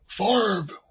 Farb